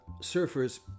surfer's